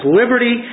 liberty